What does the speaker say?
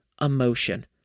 emotion